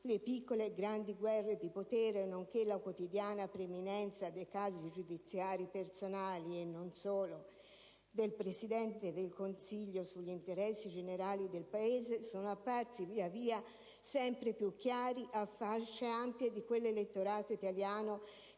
le piccole e grandi guerre di potere, nonché la quotidiana preminenza dei casi giudiziari personali (e non solo) del Presidente del Consiglio sugli interessi generali del Paese sono apparsi via via sempre più chiari a fasce ampie di quell'elettorato italiano che,